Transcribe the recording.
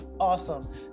awesome